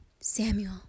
Samuel